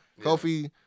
kofi